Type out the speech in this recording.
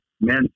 men